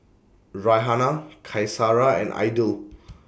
Raihana Qaisara and Aidil